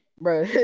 Bro